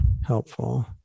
helpful